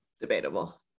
Debatable